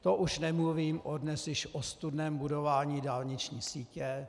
To už nemluvím o dnes již ostudném budování dálniční sítě.